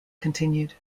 continued